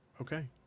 okay